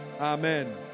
Amen